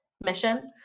mission